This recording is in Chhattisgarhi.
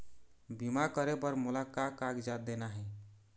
बीमा करे बर मोला का कागजात देना हे?